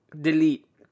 Delete